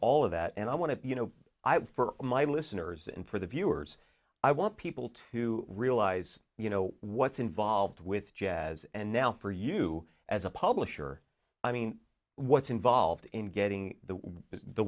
all of that and i want to you know for my listeners and for the viewers i want people to realize you know what's involved with jazz and now for you as a publisher i mean what's involved in getting the